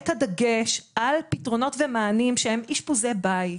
את הדגש על פתרונות ומענים שהם אשפוזי בית,